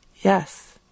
Yes